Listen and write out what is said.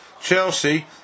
Chelsea